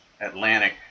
Atlantic